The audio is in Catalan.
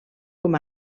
com